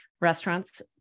restaurants